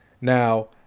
Now